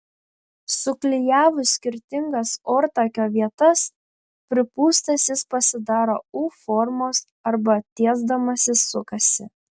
suklijavus skirtingas ortakio vietas pripūstas jis pasidaro u formos arba tiesdamasis sukasi